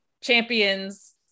champions